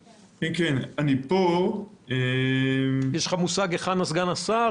יש לך מושג היכן סגן השר?